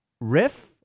riff